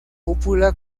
cúpula